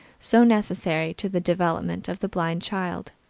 so necessary to the development of the blind child.